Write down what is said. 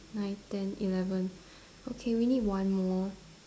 nine ten eleven okay we need one more